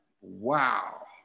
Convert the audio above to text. wow